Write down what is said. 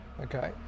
Okay